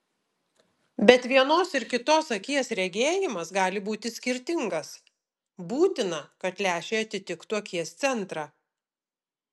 bet vienos ir kitos akies regėjimas gali būti skirtingas būtina kad lęšiai atitiktų akies centrą